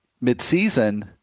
mid-season